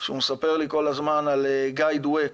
שמספר כל הזמן על גיא דואק,